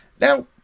Now